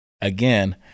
again